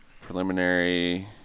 preliminary